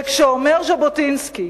וכשאומר ז'בוטינסקי: